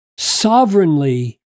sovereignly